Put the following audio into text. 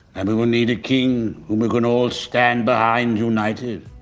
and we will need a king who we can all stand behind united.